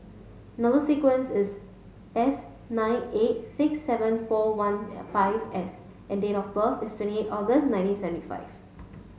number sequence is S nine eight six seven four one five S and date of birth is twenty August nineteen seventy five